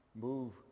move